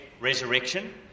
resurrection